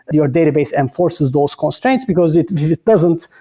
your database enforces those constraints, because if it doesn't,